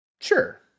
Sure